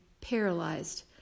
paralyzed